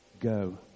go